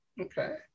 Okay